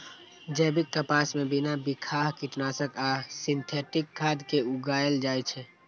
जैविक कपास कें बिना बिखाह कीटनाशक आ सिंथेटिक खाद के उगाएल जाए छै